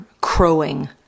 crowing